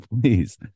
please